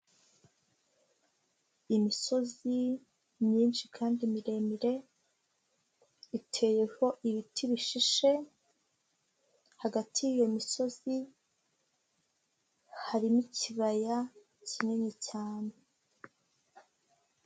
Imisozi myinshi kandi miremire iteyeho ibiti bishishe hagati y'iyo misozi harimo ikibaya kinini cyane.